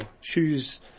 shoes